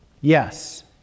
Yes